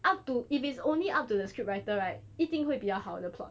up to if it's only up to the script writer right 一定会比较好的 plot